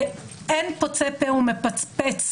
ואין פוצה פה ומפצפץ,